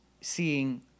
seeing